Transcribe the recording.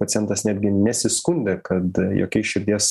pacientas netgi nesiskundė kad jokiais širdies